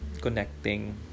connecting